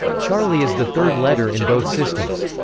charlie is the third letter in both systems.